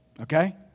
Okay